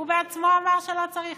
הוא בעצמו אמר שלא צריך.